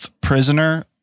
Prisoner